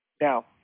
Now